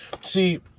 See